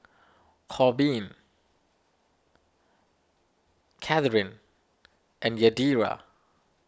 Korbin Kathyrn and Yadira